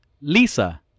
Lisa